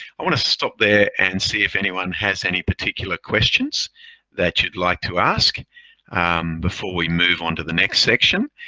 i want to stop there and see if anyone has any particular questions that you'd like to ask before we move on to the next section.